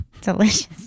Delicious